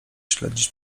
śledzić